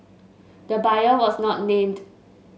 the buyer was not named